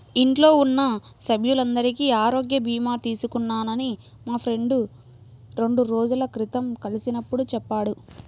ఇంట్లో ఉన్న సభ్యులందరికీ ఆరోగ్య భీమా తీసుకున్నానని మా ఫ్రెండు రెండు రోజుల క్రితం కలిసినప్పుడు చెప్పాడు